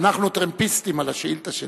אנחנו טרמפיסטים על השאילתא שלו.